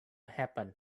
happen